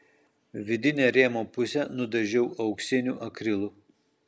vidinę rėmo pusę nudažiau auksiniu akrilu